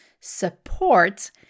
support